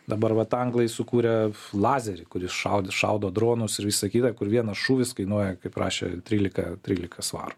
dabar vat anglai sukūrė lazerį kuris šaudi šaudo dronus ir visa kita kur vienas šūvis kainuoja kaip rašė trylika trylika svarų